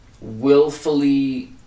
willfully